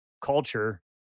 culture